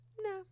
no